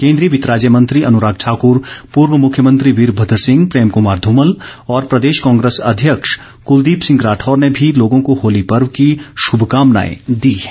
केन्द्रीय वित्त राज्य मंत्री अनुराग ठाक्र पूर्व मुख्यमंत्री वीरमद्र सिंह प्रेम कुमार धूमल और प्रदेश कांग्रेस अध्यक्ष कुलदीप सिंह राठौर ने भी लोगों को होली पर्व की शुभकामनाएं दी हैं